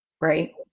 Right